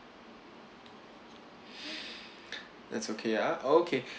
that's okay ya okay